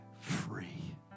free